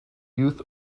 youth